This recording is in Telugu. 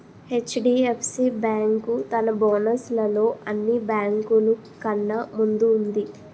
హెచ్.డి.ఎఫ్.సి బేంకు తన బోనస్ లలో అన్ని బేంకులు కన్నా ముందు వుంది